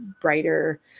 brighter